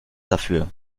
dafür